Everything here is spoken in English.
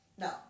No